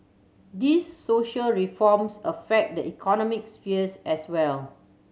these social reforms affect the economic sphere as well